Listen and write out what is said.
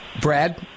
Brad